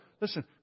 Listen